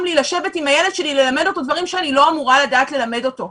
לי לשבת עם הילד שלי וללמד אותו דברים שאני לא אמורה לדעת ללמד אותו.